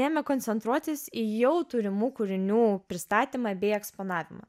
ėmė koncentruotis į jau turimų kūrinių pristatymą bei eksponavimą